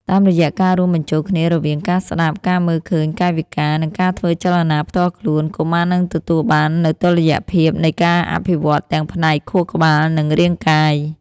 តាមរយៈការរួមបញ្ចូលគ្នារវាងការស្ដាប់ ការមើលឃើញកាយវិការ និងការធ្វើចលនាផ្ទាល់ខ្លួន កុមារនឹងទទួលបាននូវតុល្យភាពនៃការអភិវឌ្ឍទាំងផ្នែកខួរក្បាល និងរាងកាយ